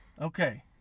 Okay